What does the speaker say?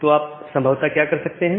तो आप संभवत क्या कर सकते हैं